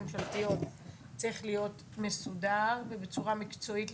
ממשלתיות צריך להיות מסודר ובצורה מקצועית.